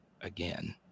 again